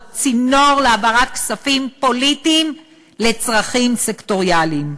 צינור להעברת כספים פוליטיים לצרכים סקטוריאליים.